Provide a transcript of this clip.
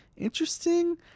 Interesting